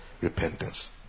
repentance